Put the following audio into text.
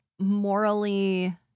morally